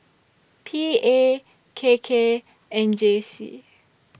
P A K K and J C